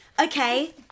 Okay